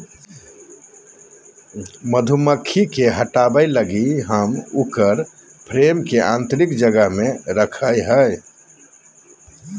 मधुमक्खी के हटाबय लगी हम उकर फ्रेम के आतंरिक जगह में रखैय हइ